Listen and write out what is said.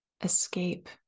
escape